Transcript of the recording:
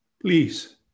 Please